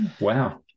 Wow